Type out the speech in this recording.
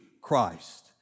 Christ